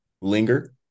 linger